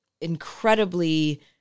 incredibly